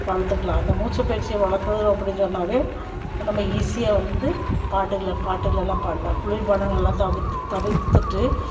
வளர்த்துக்கலாம் அந்த மூச்சுப்பயிற்சி வளர்த்து அப்படி சொன்னாவே நம்ம ஈஸியாக வந்து பாட்டுக்களை பாட்டுக்களை எல்லாம் பாடலாம் குளிர்பானங்களை எல்லாம் தவிர் தவிர்த்துட்டு